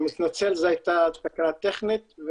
שלום, מתנצל, זו הייתה הפסקה טכנית.